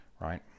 right